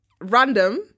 random